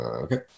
Okay